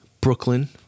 Brooklyn